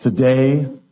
Today